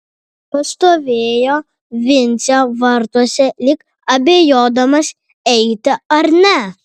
pastovėjo vincė vartuose lyg abejodamas eiti ar ne